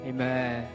Amen